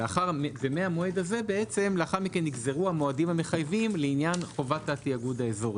וממועד זה לאחר מכן נגזרו המועדים המחייבים לעניין חובת התאגוד האזורי.